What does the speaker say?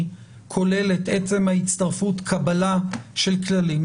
כוללת עצם ההצטרפות קבלה של כללים,